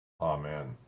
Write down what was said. Amen